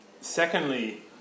Secondly